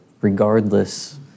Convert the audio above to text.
regardless